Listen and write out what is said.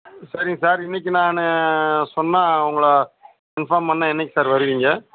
சரிங்க சார் இன்றைக்கு நான் சொன்னால் உங்களை இன்ஃபார்ம் பண்ணால் என்றைக்கு சார் வருவீங்க